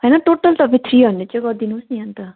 होइन टोटल तपाईँ three hundred चाहिँ गरिदिनुहोस् नि अन्त